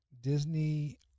Disney